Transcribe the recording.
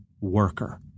worker